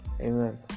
amen